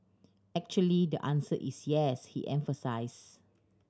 actually the answer is yes he emphasised